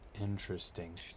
interesting